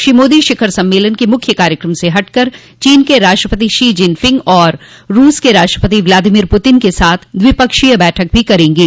श्री मोदी शिखर सम्मेलन के मुख्य कार्यक्रम से हटकर चीन के राष्ट्रपति शी जिनफिंग और रूस के राष्ट्रपति व्लादिमीर पुतिन के साथ द्विपक्षीय बैठक भी करेंगे